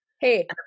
Hey